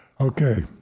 Okay